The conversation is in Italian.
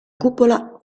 cupola